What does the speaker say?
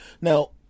Now